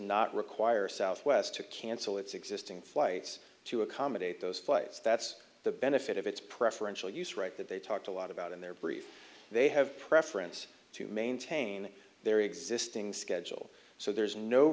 not require southwest to cancel its existing flights to accommodate those flights that's the benefit of its preferential use right that they talked a lot about in their brief they have a preference to maintain their existing schedule so there is no